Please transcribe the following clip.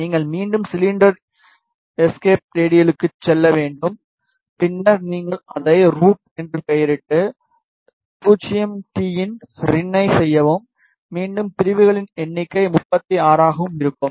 நீங்கள் மீண்டும் cylinder escape ரேடியலுக்குச் செல்ல வேண்டும் பின்னர் நீங்கள் அதை ரூட் என்று பெயரிட்டு 0 டி ஐ ரின் செய்யவும் மீண்டும் பிரிவுகளின் எண்ணிக்கை 36 ஆகவும் இருக்கும்